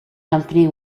company